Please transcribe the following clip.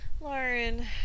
Lauren